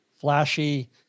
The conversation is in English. flashy